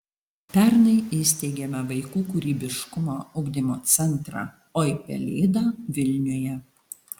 pernai įsteigėme vaikų kūrybiškumo ugdymo centrą oi pelėda vilniuje